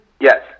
Yes